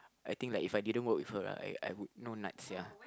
I think like if I didn't work with her I I would know nuts sia